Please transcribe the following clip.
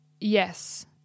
yes